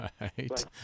Right